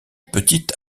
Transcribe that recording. petite